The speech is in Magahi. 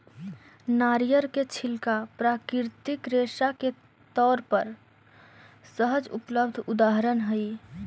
नरियर के छिलका प्राकृतिक रेशा के तौर पर सहज उपलब्ध उदाहरण हई